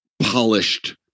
polished